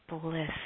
bliss